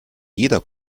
jeder